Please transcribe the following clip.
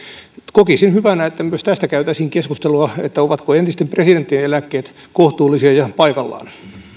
kokisin hyvänä että käytäisiin keskustelua myös tästä ovatko entisten presidenttien eläkkeet kohtuullisia ja paikallaan